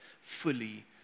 fully